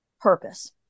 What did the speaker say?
purpose